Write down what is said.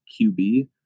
QB